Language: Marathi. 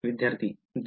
विद्यार्थी २